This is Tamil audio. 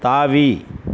தாவி